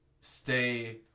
stay